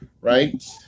right